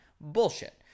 Bullshit